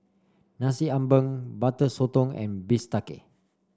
Nasi Ambeng Butter Sotong and bistake